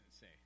say